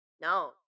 No